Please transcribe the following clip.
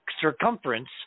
circumference